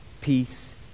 peace